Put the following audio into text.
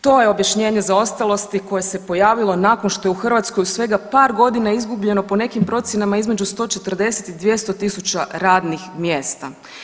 To je objašnjenje zaostalosti koje se pojavilo nakon što je u Hrvatskoj u svega par godina izgubljeno po nekim procjenama oko 140 i 200.000 radnih mjesta.